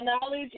knowledge